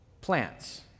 plants